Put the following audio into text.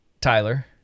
Tyler